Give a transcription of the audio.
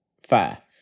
fair